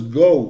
go